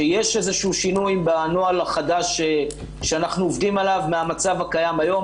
שיש איזשהו שינוי בנוהל החדש שאנחנו עובדים עליו מהמצב הקיים היום,